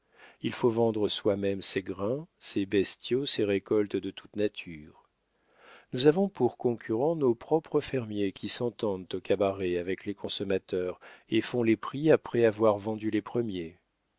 il faut vendre soi-même ses grains ses bestiaux ses récoltes de toute nature nous avons pour concurrents nos propres fermiers qui s'entendent au cabaret avec les consommateurs et font les prix après avoir vendu les premiers